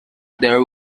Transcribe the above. there